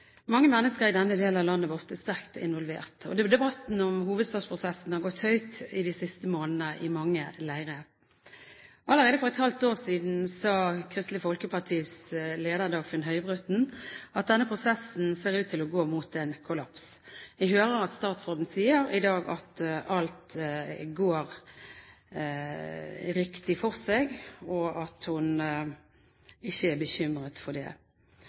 Mange mennesker i denne delen av landet vårt er sterkt involvert. Debatten om hovedstadsprosessen har gått høyt de siste månedene i mange leirer. Allerede for et halvt år siden sa Kristelig Folkepartis leder, Dagfinn Høybråten, at denne prosessen ser ut til å gå mot en kollaps. Vi hører i dag statsråden si at alt går riktig for seg, og at hun ikke er bekymret for det.